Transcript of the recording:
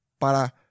para